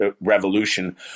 Revolution